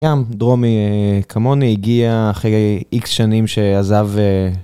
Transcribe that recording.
גם דרומי כמוני הגיע אחרי איקס שנים שעזב